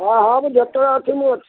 ହଁ ହଁ ମୁଁ ଯେତେବେଳେ ଅଛି ମୁଁ ଅଛି